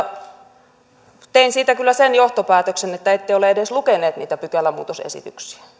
osin oikeudellisia tein siitä kyllä sen johtopäätöksen että ette ole edes lukenut niitä pykälämuutosesityksiä